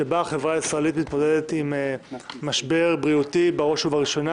שבה החברה הישראלית מתמודדת עם משבר בריאותי בראש ובראשונה,